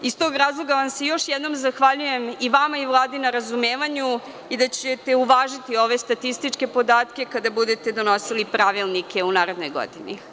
Iz tog razloga vam se još jednom zahvaljujem i vama i Vladi na razumevanju i da ćete uvažiti ove statističke podatke kada budete donosili pravilnike u narednoj godini.